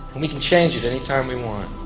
we can change it anytime we want.